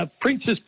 Princess